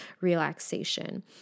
relaxation